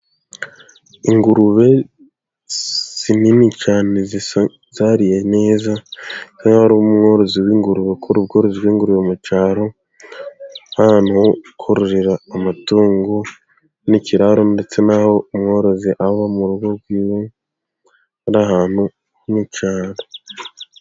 Ingurube nini cyane zariye neza, nkaho ari umworozi w'ingurube ukora ubworozi bw'ingurube mu cyaro, nk'ahantu ho kororera amatungo n'ikiraro ndetse naho umworozi aba, mu rugo rwiwe ni ahantu mu cyaro.